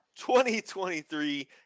2023